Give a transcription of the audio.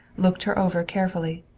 looked her over carefully.